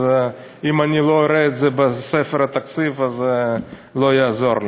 אז אם אני לא אראה את זה בספר התקציב אז לא יעזור לי.